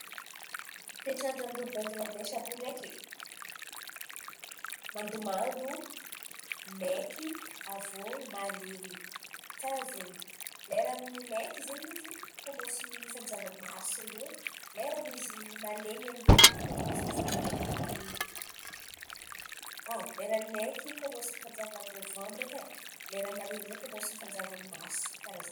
Toetrandra amin-drô Bangladesy àby iô ndraiky mandomando, maiky, avô malen̈y karàha zen̈y. Lerany maiky zen̈y izy kômansy fanjava marsa iô. Leran'izy malen̈y aminjay kômansy fanjavan'ny. Lerany maiky kômansy fanjavan'ny nôvambra edy ai. Lerany malen̈y aminjay kômansy fanjaven'ny marsy karàha zen̈y.